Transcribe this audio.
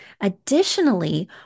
Additionally